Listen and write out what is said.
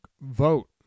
vote